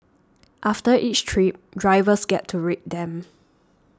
after each trip drivers get to rate them